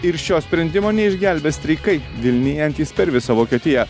ir šio sprendimo neišgelbės streikai vilnijantys per visą vokietiją